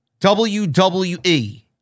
WWE